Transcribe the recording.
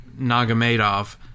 Nagamadov